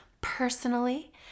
personally